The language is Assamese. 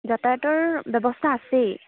যাতায়তৰ ব্যৱস্থা আছেই